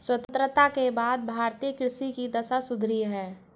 स्वतंत्रता के बाद भारतीय कृषि की दशा सुधरी है